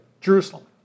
Jerusalem